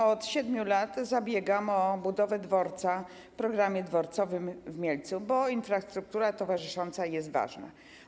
Od 7 lat zabiegam o budowę dworca w programie dworcowym w Mielcu, bo infrastruktura towarzysząca jest ważna.